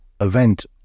event